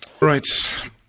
right